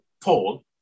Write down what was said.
Paul